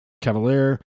Cavalier